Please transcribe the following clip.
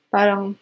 Parang